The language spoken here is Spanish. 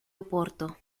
oporto